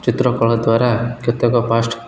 ଚିତ୍ରକଳା ଦ୍ୱାରା କେତେକ ପାଷ୍ଟ